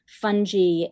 fungi